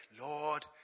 Lord